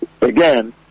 Again